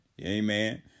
Amen